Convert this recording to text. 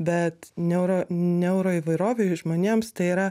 bet neuro neuroįvairovėj žmonėms tai yra